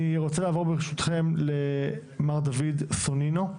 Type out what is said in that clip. אני רוצה לעבור ברשותכם למר דוד סונינו,